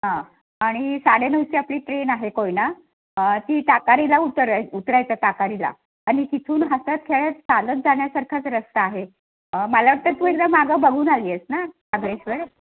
हां आणि साडेनऊची आपली ट्रेन आहे कोयना ती ताकारीला उतराय उतरायचं ताकारीला आणि तिथून हसतखेळत चालत जाण्यासारखाच रस्ता आहे मला वाटतं तू एकदा मागं बघून आली आहेस ना सागरेश्वर